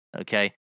okay